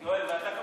יואל, ואתה כמובן,